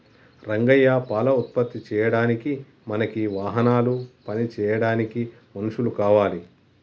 రంగయ్య పాల ఉత్పత్తి చేయడానికి మనకి వాహనాలు పని చేయడానికి మనుషులు కావాలి